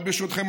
אבל ברשותכם,